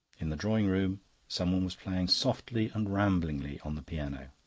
in the drawing-room someone was playing softly and ramblingly on the piano.